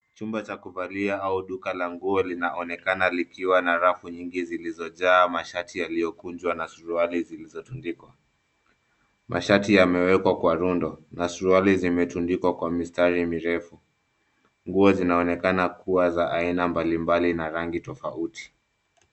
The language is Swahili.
Chumba cha kuvalia au duka la nguo linaonekana likiwa na rafu nyingi zilizojaa mashati yaliyo kunjwa na suruali zililizo tundikwa. Mashati yamewekwa kwa rundo na suruali zitumendikwa kwa mistari mirefu. Nguo zinaonekana kuwa aina mbali mbali na rangi tofauti.